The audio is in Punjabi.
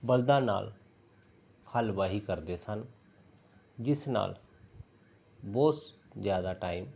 ਬਲਦਾਂ ਨਾਲ ਹਲ ਵਾਹੀ ਕਰਦੇ ਸਨ ਜਿਸ ਨਾਲ ਬਹੁਤ ਜ਼ਿਆਦਾ ਟਾਈਮ